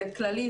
זה כללי,